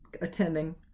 attending